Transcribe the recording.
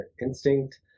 instinct